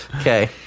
Okay